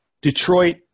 Detroit –